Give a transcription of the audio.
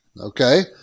okay